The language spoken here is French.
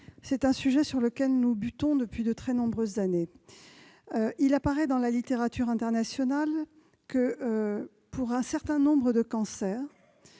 concerne un sujet sur lequel nous butons depuis de très nombreuses années. Il apparaît dans la littérature internationale que, pour un certain nombre de cancers,